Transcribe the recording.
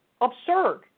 Absurd